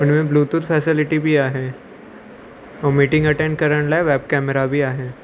हुनमें bluetooth facility बि आहे ऐं मिटींग अटैंड करण लाइ वैबकैमरा बि आहे